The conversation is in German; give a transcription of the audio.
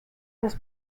das